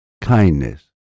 Kindness